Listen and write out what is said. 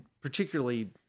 particularly